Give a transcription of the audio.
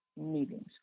meetings